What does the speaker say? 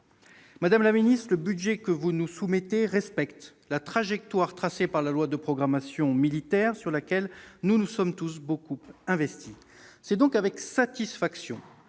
Madame la ministre, le budget que vous nous soumettez respecte la trajectoire tracée par la LPM, pour laquelle nous nous sommes tous beaucoup investis. C'est donc avec satisfaction